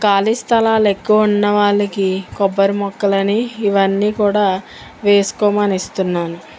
ఖాళీ స్థలాలు ఎక్కువ ఉన్న వాళ్ళకి కొబ్బరి మొక్కలు అని ఇవన్నీ కూడా వేసుకోమని ఇస్తున్నాను